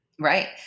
Right